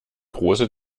große